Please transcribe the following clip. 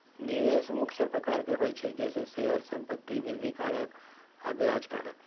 निवेश मुख्य चार प्रकार के होइ छइ जइसे शेयर, संपत्ति, वृद्धि कारक आऽ ब्याज कारक